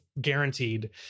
guaranteed